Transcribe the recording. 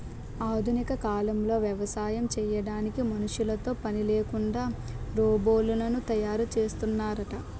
ఆధునిక కాలంలో వ్యవసాయం చేయడానికి మనుషులతో పనిలేకుండా రోబోలను తయారు చేస్తున్నారట